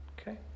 okay